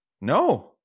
No